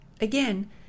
Again